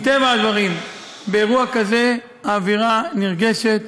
מטבע הדברים, באירוע כזה האווירה נרגשת,